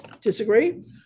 Disagree